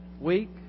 week